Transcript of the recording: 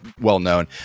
well-known